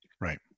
Right